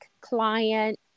client